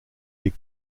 des